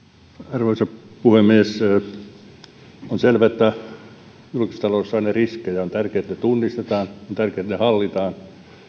arvoisa puhemies on selvää että julkistaloudessa on aina riskejä on tärkeää että ne tunnistetaan on tärkeää että ne hallitaan